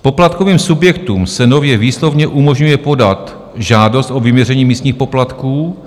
Poplatkovým subjektům se nově výslovně umožňuje podat žádost o vyměření místních poplatků.